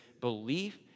belief